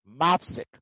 Mopsik